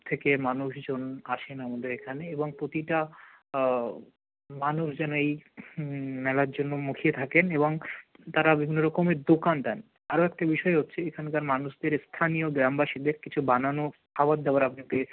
থেকে মানুষজন আসেন আমাদের এখানে এবং প্রতিটা মানুষ যেন এই মেলার জন্য মুখিয়ে থাকেন এবং তারা বিভিন্ন রকমের দোকান দেন আরও একটি বিষয় হচ্ছে এখানকার মানুষদের স্থানীয় গ্রামবাসীদের কিছু বানানো খাবার দাবার আপনি পেয়ে